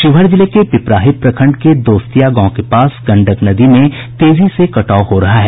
शिवहर जिले के पिपराही प्रखंड के दोस्तिायां गांव के पास गंडक नदी में तेजी से कटाव हो रहा है